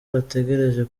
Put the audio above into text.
bategereje